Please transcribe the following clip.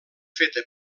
feta